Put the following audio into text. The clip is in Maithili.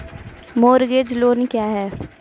मोरगेज लोन क्या है?